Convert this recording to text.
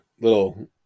little